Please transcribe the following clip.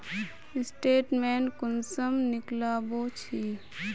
Statement कुंसम निकलाबो छी?